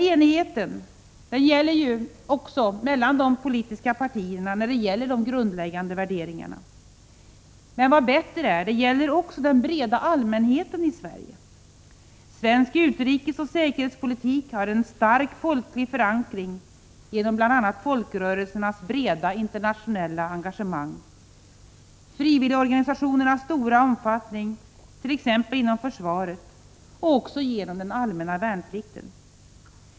Enighet om de grundläggande värderingarna råder alltså mellan de politiska partierna. Men, vad bättre är: detta gäller också för den breda allmänheten i Sverige. Svensk utrikesoch säkerhetspolitik har en stark folklig förankring genom bl.a. folkrörelsernas breda internationella engagemang, genom frivilligorganisationernas stora omfatt ning inom försvaret och också genom den allmänna värnplikten.